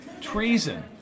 Treason